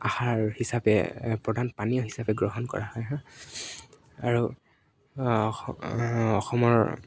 আহাৰ হিচাপে প্ৰধান পানীয় হিচাপে গ্ৰহণ কৰা হয় আৰু অসমৰ